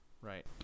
Right